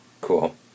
Cool